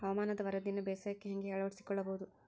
ಹವಾಮಾನದ ವರದಿಯನ್ನು ಬೇಸಾಯಕ್ಕೆ ಹೇಗೆ ಅಳವಡಿಸಿಕೊಳ್ಳಬಹುದು?